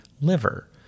liver